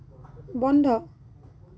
বন্ধ